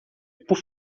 por